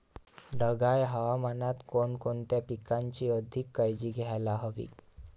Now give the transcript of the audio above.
ढगाळ हवामानात कोणकोणत्या पिकांची अधिक काळजी घ्यायला हवी?